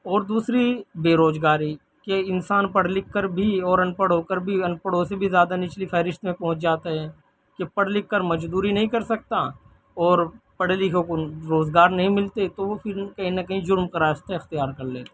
اور دوسری بے روزگاری کہ انسان پڑھ لکھ کر بھی اور ان پڑھ ہو کر بھی ان پڑھوں سے بھی زیادہ نچلی فہرست میں پہنچ جاتا ہے کہ پڑھ لکھ کر مزدوری نہیں کر سکتا اور پڑھے لکھوں کو روزگار نہیں ملتے تو وہ پھر کہیں نہ کہیں جرم کا راستہ اختیار کر لیتے ہیں